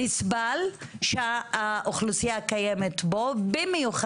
כל הניסיונות האלה נכשלו והדוגמה המצוינת זה הסיפור של מועצת נווה מדבר.